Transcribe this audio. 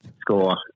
score